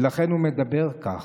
ולכן הוא מדבר כך.